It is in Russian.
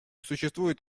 существует